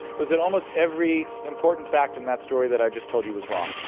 was that almost every important fact in that story that i just told you was wrong.